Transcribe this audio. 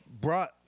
brought